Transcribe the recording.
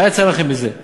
מה יצא לכם מזה?